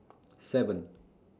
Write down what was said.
seven